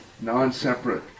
non-separate